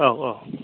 औ औ